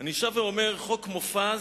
אני שב ואומר: חוק מופז